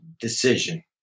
decision